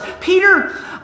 Peter